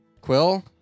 Quill